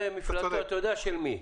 אתה יודע של מי.